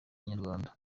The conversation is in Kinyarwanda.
inyarwanda